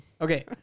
okay